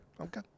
Okay